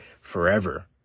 forever